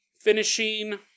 finishing